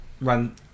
run